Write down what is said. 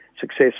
success